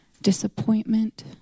Disappointment